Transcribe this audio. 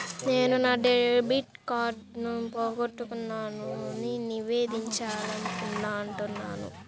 నేను నా డెబిట్ కార్డ్ని పోగొట్టుకున్నాని నివేదించాలనుకుంటున్నాను